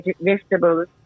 vegetables